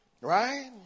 Right